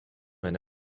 eine